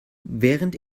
während